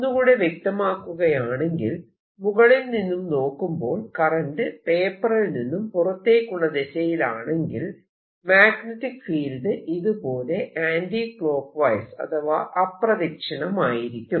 ഒന്നുകൂടെ വ്യക്തമാക്കുകയാണെങ്കിൽ മുകളിൽ നിന്നും നോക്കുമ്പോൾ കറന്റ് പേപ്പറിൽ നിന്നും പുറത്തേക്കുള്ള ദിശയിലാണെങ്കിൽ മാഗ്നെറ്റിക് ഫീൽഡ് ഇതുപോലെ ആന്റിക്ലോക്ക്വൈസ് അഥവാ അപ്രദിക്ഷിണമായിരിക്കും